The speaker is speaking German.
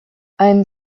ein